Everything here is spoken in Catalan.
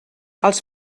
els